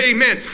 Amen